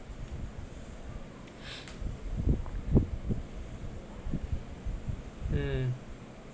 mm